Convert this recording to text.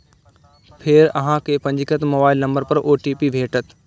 फेर अहां कें पंजीकृत मोबाइल नंबर पर ओ.टी.पी भेटत